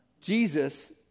Jesus